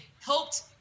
helped